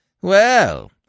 Well